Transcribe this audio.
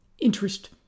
interest